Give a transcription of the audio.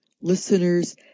listeners